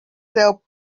sell